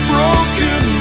Broken